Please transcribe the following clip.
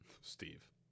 Steve